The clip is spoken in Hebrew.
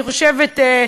אני חושבת,